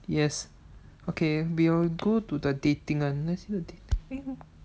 yes okay we'll go to the dating one let's see the dating one